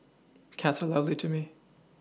cats are lovely to me